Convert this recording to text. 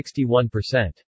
61%